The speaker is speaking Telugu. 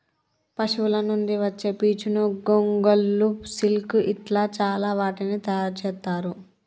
పశువుల నుండి వచ్చే పీచును గొంగళ్ళు సిల్క్ ఇట్లా చాల వాటిని తయారు చెత్తారు